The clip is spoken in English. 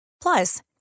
Plus